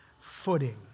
Footing